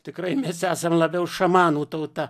tikrai mes esam labiau šamanų tauta